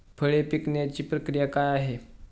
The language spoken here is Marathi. फळे पिकण्याची प्रक्रिया काय आहे?